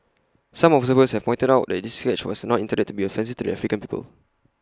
some observers have pointed out that this sketch was not intended to be offensive to the African people